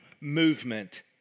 movement